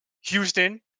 Houston